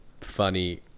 funny